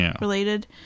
related